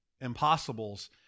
impossibles